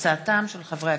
תודה.